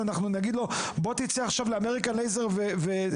אז אנחנו נגיד לו "בוא תצא עכשיו לאמריקן לייזר ותתנתח"?